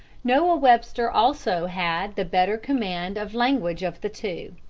noah webster also had the better command of language of the two.